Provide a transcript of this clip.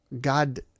God